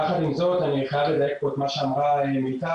יחד עם זאת אני חייב לדייק את מה שאמרה מיטל,